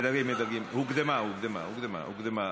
מדלגים, מדלגים, הוקדמה, הוקדמה, הוקדמה,